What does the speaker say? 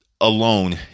Alone